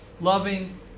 loving